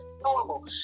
normal